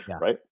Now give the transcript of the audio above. right